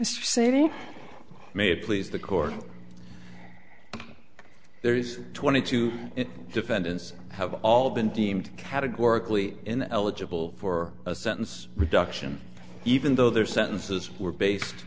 they may please the court there is twenty two defendants have all been deemed categorically in the eligible for a sentence reduction even though their sentences were based